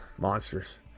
Monsters